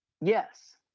Yes